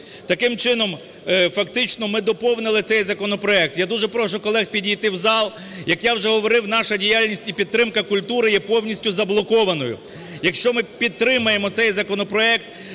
Таким чином фактично ми доповнили цей законопроект. Я дуже прошу колег підійти в зал. Як я вже говорив, наша діяльність і підтримка культури є повністю заблокованою. Якщо ми підтримаємо цей законопроект,